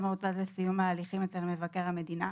המרוץ עד לסיום ההליכים אצל מבקר המדינה.